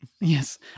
Yes